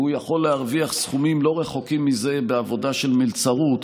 והוא יכול להרוויח סכומים לא רחוקים מזה בעבודה של מלצרות,